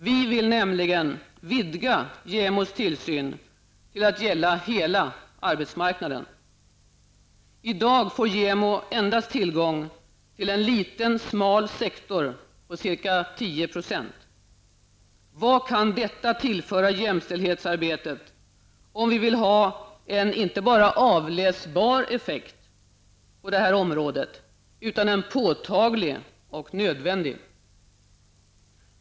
Vi vill nämligen vidga JämOs tillsyn till att gälla hela arbetsmarknaden. I dag får JämO endast tillgång till en liten, smal sektor på ca 10 %. Vad kan detta tillföra jämställdhetsarbetet, om vi på detta område inte bara vill ha en avläsbar effekt, utan en påtaglig och nödvändig sådan?